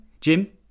Jim